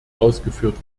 ausgeführt